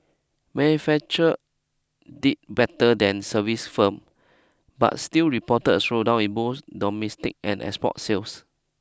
manufacturers did better than services firms but still reported a slowdown in both domestic and export sales